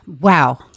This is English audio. Wow